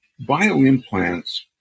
bioimplants